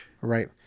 Right